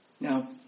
Now